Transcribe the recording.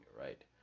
right